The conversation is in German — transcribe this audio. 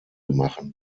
machen